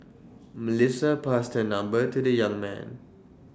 Melissa passed her number to the young man